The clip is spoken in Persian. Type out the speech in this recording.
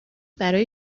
برا